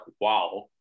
wow